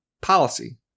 policy